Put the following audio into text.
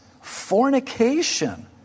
fornication